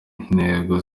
intego